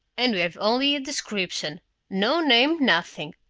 and we have only a description no name, nothing!